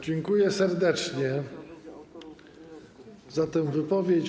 Dziękuję serdecznie za tę wypowiedź.